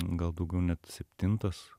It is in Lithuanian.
gal daugiau net septintas